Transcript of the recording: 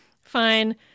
fine